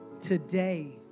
Today